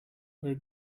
were